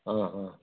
ಹಾಂ ಹಾಂ